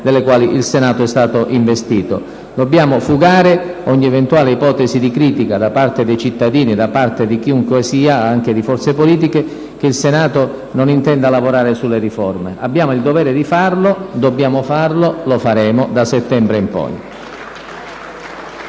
delle quali il Senato è stato investito. Dobbiamo fugare ogni eventuale motivo di critica da parte dei cittadini e di chiunque sia, anche di forze politiche, sull'ipotesi che il Senato non intenda lavorare sulle riforme. Abbiamo il dovere di farlo, dobbiamo farlo, lo faremo da settembre in poi.